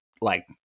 like-